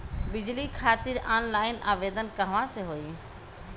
बिजली खातिर ऑनलाइन आवेदन कहवा से होयी?